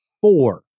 four